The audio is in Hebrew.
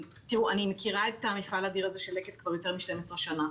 אני מכירה את המפעל האדיר הזה של לקט כבר יותר מ-12 שנה.